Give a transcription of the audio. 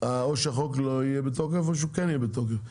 או שהחוק לא יהיה בתוקף או שהוא כן יהיה בתוקף,